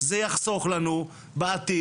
זה יחסוך לנו בעתיד,